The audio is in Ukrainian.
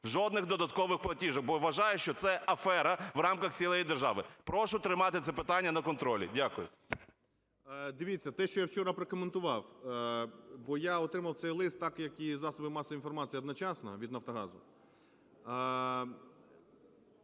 жодних додаткових платіжок, бо вважаю, що це афера в рамках цілої держави. Прошу тримати це питання на контролі. Дякую. 10:46:16 ГРОЙСМАН В.Б. Дивіться, те, що я вчора прокоментував, бо я отримав цей лист так, як і засоби масової інформації одночасно від "Нафтогазу".